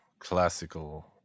classical